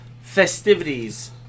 festivities